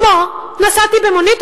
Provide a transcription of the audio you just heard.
כמו: נסעתי במונית,